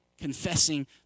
confessing